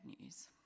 news